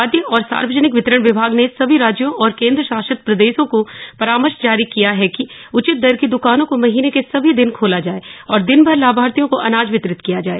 खाद्य और सार्वजनिक वितरण विभाग ने सभी राज्यों और केन्द्रशासित प्रदेशों को परामर्श जारी किया है कि उचित दर की दकानों को महीने के सभी दिन खोला जाए और दिनभर लाभार्थियों को अनाज वितरित किया जाए